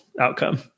outcome